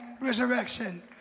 resurrection